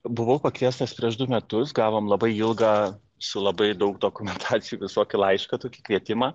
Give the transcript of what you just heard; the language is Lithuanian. buvau pakviestas prieš du metus gavom labai ilgą su labai daug dokumentacijų visokių laišką tokį kvietimą